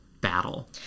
battle